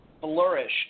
flourish